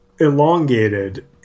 elongated